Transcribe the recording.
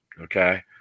Okay